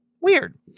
Weird